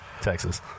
Texas